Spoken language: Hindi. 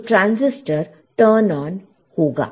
तो ट्रांजिस्टर टर्न ऑन होगा